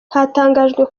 hatangajwe